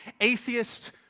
atheist